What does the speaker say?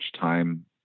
time